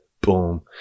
boom